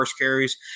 carries